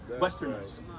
westerners